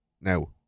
now